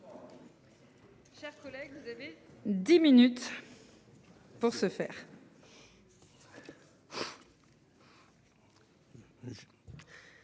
Chers collègues, vous avez 10 minutes. Pour ce faire.